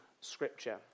Scripture